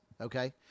Okay